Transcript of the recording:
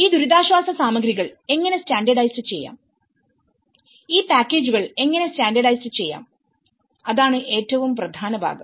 ഈ ദുരിതാശ്വാസ സാമഗ്രികൾ എങ്ങനെ സ്റ്റാൻഡേർഡൈസ്ഡ് ചെയ്യാം ഈ പാക്കേജുകൾ എങ്ങനെ സ്റ്റാൻഡേർഡൈസ്ഡ്ചെയ്യാം അതാണ് ഏറ്റവും പ്രധാന ഭാഗം